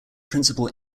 principal